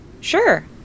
sure